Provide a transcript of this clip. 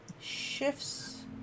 shifts